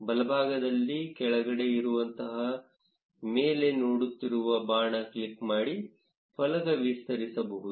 ಬಲಭಾಗದಲ್ಲಿ ಕೆಳಗಡೆ ಇರುವಂತಹ ಮೇಲೆ ನೋಡುತ್ತಿರುವ ಬಾಣ ಕ್ಲಿಕ್ ಮಾಡಿ ಫಲಕ ವಿಸ್ತರಿಸಬಹುದು